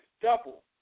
double